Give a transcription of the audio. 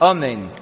Amen